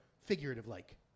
figurative-like